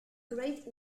great